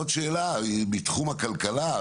עוד שאלה, בתחום הכלכלה.